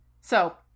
So-